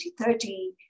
2030